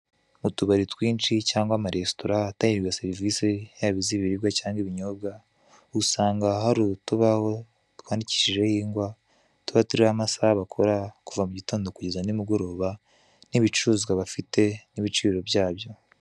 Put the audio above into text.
Utubari twinshi cyangwa amaresitora ahatangirwa serivise yaba izibiribwa cyangwa ibinyobwa usanga hari utubaho twandikishijeho ingwa tuba turiho amasaha bakora kuva mu gitondo kugera ni mugoroba n'ibicuruzwa bafite n'ibiciro byabyo.